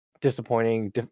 disappointing